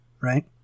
Right